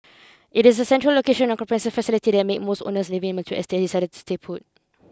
it is the central location and comprehensive facilities that make most owners living in mature estates decide to stay put